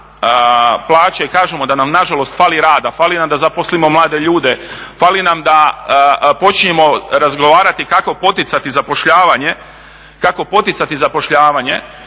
kažemo da nam nažalost fali rada, fali nam da zaposlimo mlade ljude, fali nam da počnemo razgovarati kako poticati zapošljavanje i kako razgovarati